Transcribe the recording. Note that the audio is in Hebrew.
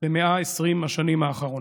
ב-120 השנים האחרונות,